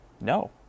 No